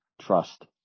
trust